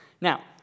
Now